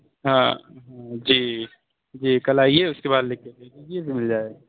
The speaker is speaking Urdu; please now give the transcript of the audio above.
ہاں جی جی جی کل آئیے اُس کے بعد لِکھ کے دے دیجیے گا مِل جائے گا